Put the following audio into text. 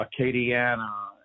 Acadiana